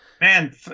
man